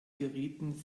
gerieten